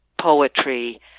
poetry